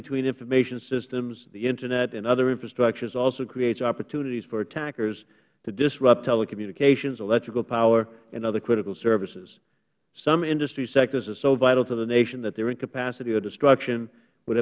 between information systems the internet and other infrastructures also creates opportunities for attackers to disrupt telecommunications electrical power and other critical services some industry sectors are so vital to the nation that their incapacity or destruction would